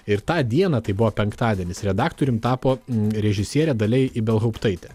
ir tą dieną tai buvo penktadienis redaktorium tapo režisierė dalia ibelhauptaitė